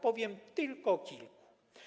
Powiem tylko o kilku.